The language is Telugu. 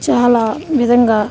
చాలా విధంగా